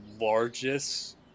largest